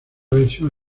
versión